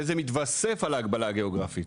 וזה מתווסף על ההגבלה הגיאוגרפית,